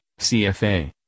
CFA